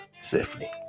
safely